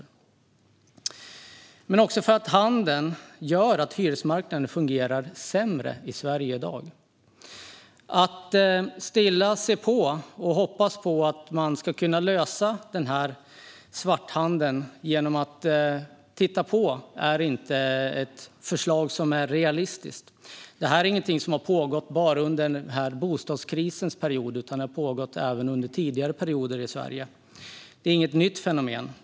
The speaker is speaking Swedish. Det är rätt också därför att handeln gör att hyresmarknaden fungerar sämre i Sverige i dag. Att hoppas att man ska kunna lösa svarthandeln genom att stilla se på är inte ett realistiskt förslag. Detta är inte något som har pågått bara under bostadskrisens period, utan det har pågått även under tidigare perioder i Sverige. Det är inte något nytt fenomen.